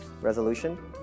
resolution